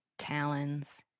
talons